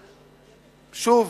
שוב,